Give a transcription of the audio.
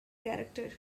character